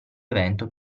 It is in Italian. evento